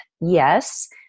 yes